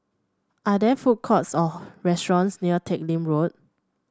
are there food courts or restaurants near Teck Lim Road